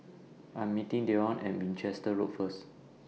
I Am meeting Dione At Winchester Road First